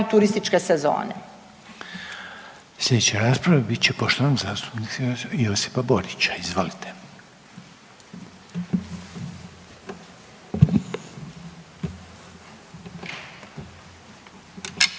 Željko (HDZ)** Sljedeća rasprava bit će poštovanog zastupnika Josipa Borića. Izvolite.